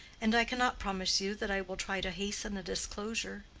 and i cannot promise you that i will try to hasten a disclosure.